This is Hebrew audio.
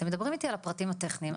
אתם מדברים איתי על הפרטים הטכניים.